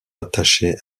rattachés